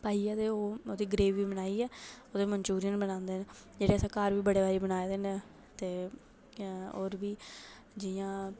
पाइयै ते ओह्दी ग्रेवी बनाइयै ओह्दे मनचूरियन बनांदे न जेह्ड़े अस घर बी बड़े बारी बनाए दे न ते होर बी जि'यां